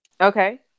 Okay